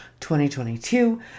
2022